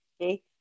Okay